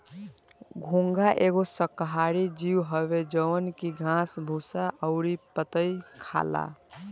घोंघा एगो शाकाहारी जीव हवे जवन की घास भूसा अउरी पतइ खाला